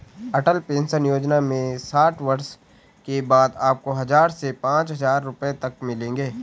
अटल pension Yojana में साठ वर्ष के बाद आपको हज़ार से पांच हज़ार रुपए तक मिलेंगे